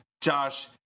Josh